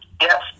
Yes